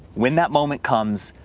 when that moment comes,